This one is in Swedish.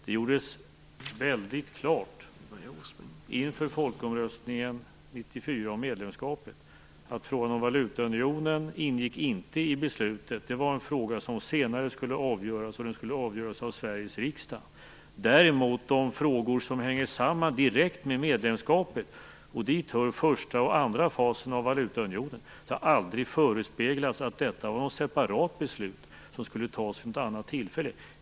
Det gjordes väldigt klart inför folkomröstningen 1994 om medlemskapet att frågan om valutaunionen inte ingick i beslutet. Det var en fråga som skulle avgöras senare, och den skulle avgöras av Sveriges riksdag. Däremot har det aldrig förespeglats att det skulle fattas ett separat beslut vid något annat tillfälle om de frågor som hänger samman direkt med medlemskapet, och dit hör första och andra fasen av valutaunionen.